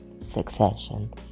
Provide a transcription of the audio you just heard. succession